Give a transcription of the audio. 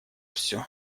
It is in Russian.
всё